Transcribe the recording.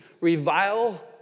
Revile